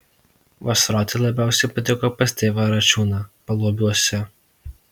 vasaroti labiausiai patiko pas tėvą račiūną paluobiuose